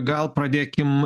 gal pradėkim